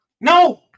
No